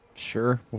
Sure